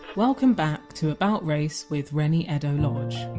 welcome back to about race with reni eddo-lodge